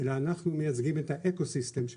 אלא אנחנו מייצגים את ה-ecosystem של